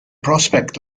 prospect